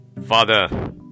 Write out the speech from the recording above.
Father